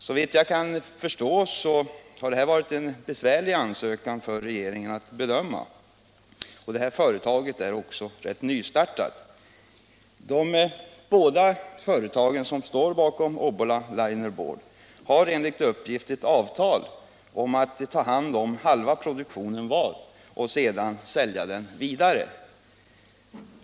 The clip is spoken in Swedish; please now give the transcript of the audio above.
Såvitt jag kan förstå har det här varit en besvärlig ansökan för regeringen att bedöma. Företaget är också nystartat. De båda företag som står bakom Obbola Linerboard har enligt uppgift ett avtal om att ta hand om halva produktionen var och sedan sälja den vidare.